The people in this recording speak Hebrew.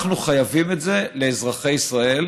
אנחנו חייבים את זה לאזרחי ישראל,